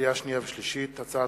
לקריאה שנייה ולקריאה שלישית: הצעת